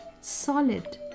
solid